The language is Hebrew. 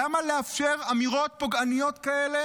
למה לאפשר אמירות פוגעניות כאלה